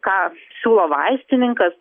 ką siūlo vaistininkas